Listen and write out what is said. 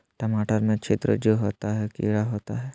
टमाटर में छिद्र जो होता है किडा होता है?